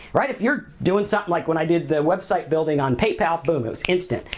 right? if you're doing something like when i did the website building on paypal, boom, it was instant.